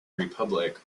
republic